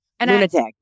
lunatic